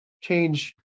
change